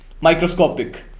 Microscopic